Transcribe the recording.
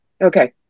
okay